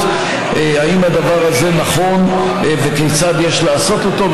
אם הדבר הזה נכון וכיצד יש לעשות אותו.